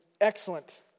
excellent